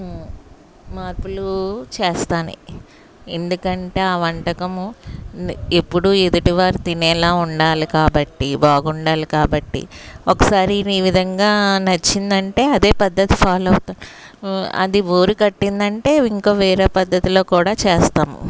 మార్పులు చేస్తాను ఎందుకంటే ఆ వంటకము ఎప్పుడు ఎదుటివారు తినేలా ఉండాలి కాబట్టి బాగుండాలి కాబట్టి ఒకసారి ఈ విధంగా నచ్చిందంటే అదే పద్ధతి ఫాలో అవుతాను అది బోరు కట్టిందంటే ఇంకో వేరే పద్ధతిలో కూడా చేస్తాము